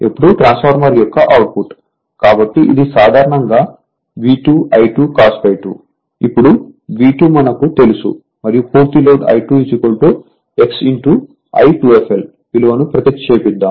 ఇప్పుడు ట్రాన్స్ఫార్మర్ యొక్క అవుట్పుట్ కాబట్టి ఇది సాధారణంగా V2 I2 cos ∅2 ఇప్పుడు V2 మనకు తెలుసు మరియు పూర్తి లోడ్ I2 x I2fl విలువను ప్రతిక్షేపిద్దాము